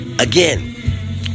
Again